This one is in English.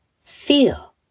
Feel